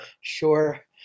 sure